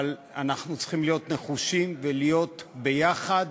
אבל אנחנו צריכים להיות נחושים ולהיות ביחד,